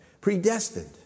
Predestined